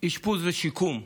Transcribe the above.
אשפוז ושיקום,